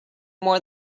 more